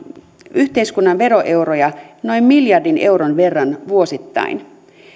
yhteiskunnan veroeuroja noin miljardin euron verran vuosittain